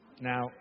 Now